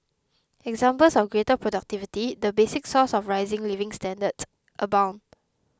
examples of greater productivity the basic source of rising living standards abound